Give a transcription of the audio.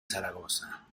zaragoza